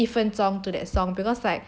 一分钟 to that song because like